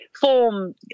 form